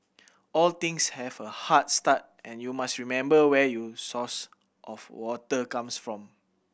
all things have a hard start and you must remember where your source of water comes from